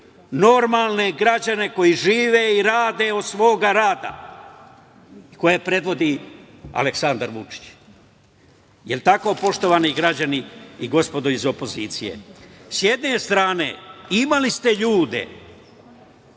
normalne građane koji žive i rade od svog rada i koje predvodi Aleksandar Vučić. Da li je tako, poštovani građani i gospodo iz opozicije?S jedne strane imali ste ljude